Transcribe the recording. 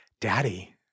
Daddy